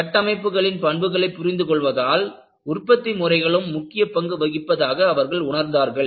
மேலும் கட்டமைப்புகளின் பண்புகளை புரிந்துகொள்வதால் உற்பத்தி முறைகளும் முக்கிய பங்கு வகிப்பதாக அவர்கள் உணர்ந்தார்கள்